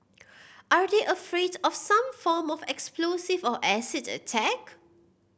are they afraid of some form of explosive or acid attack